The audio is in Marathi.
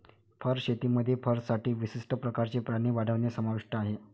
फर शेतीमध्ये फरसाठी विशिष्ट प्रकारचे प्राणी वाढवणे समाविष्ट आहे